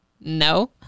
no